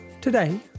Today